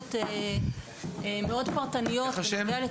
לרזולוציות מאוד פרטניות; כאשר אני